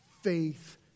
faith